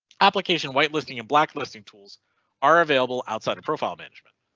application whitelisting and blacklisting tools are available outside of profile management.